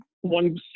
one